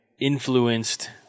influenced